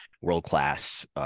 world-class